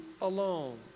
alone